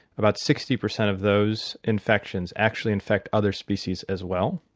about sixty percent of those infections actually infect other species as well.